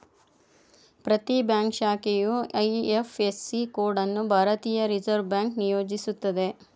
ಪ್ರತಿ ಬ್ಯಾಂಕ್ ಶಾಖೆಯು IFSC code ಅನ್ನು ಭಾರತೀಯ ರಿವರ್ಸ್ ಬ್ಯಾಂಕ್ ನಿಯೋಜಿಸುತ್ತೆ